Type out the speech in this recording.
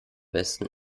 besten